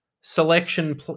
selection